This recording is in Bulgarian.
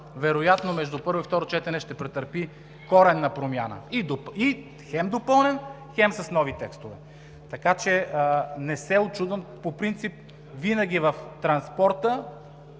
вероятно между първо и второ четене ще претърпи коренна промяна – хем допълнен, хем с нови текстове?! Не се учудвам, по принцип винаги в транспорта